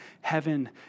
heaven